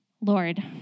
Lord